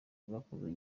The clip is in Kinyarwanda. bwakozwe